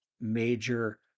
major